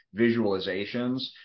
visualizations